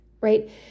right